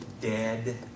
dead